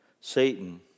Satan